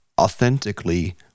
authentically